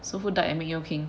so who died and made you king